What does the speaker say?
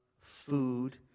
food